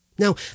Now